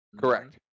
Correct